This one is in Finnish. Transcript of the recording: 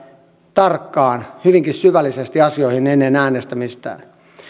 tarkkaan hyvinkin syvällisesti asioihin ennen äänestämistä